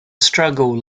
struggle